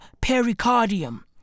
pericardium